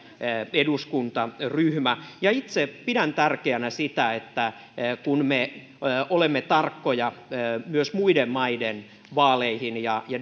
eduskuntaryhmä itse pidän tärkeänä sitä että kun me olemme tarkkoja myös muiden maiden vaaleista ja